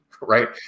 right